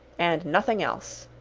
and nothing else!